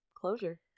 closure